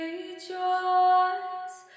Rejoice